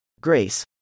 Grace